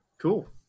Cool